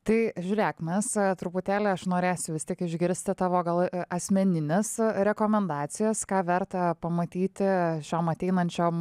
tai žiūrėk mes truputėlį aš norėsiu vis tiek išgirsti tavo gal asmenines rekomendacijas ką verta pamatyti šiom ateinančiom